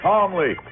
Calmly